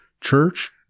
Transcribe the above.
Church